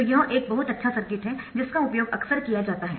तो यह एक बहुत अच्छा सर्किट है जिसका उपयोग अक्सर किया जाता है